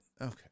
Okay